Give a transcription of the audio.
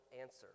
answer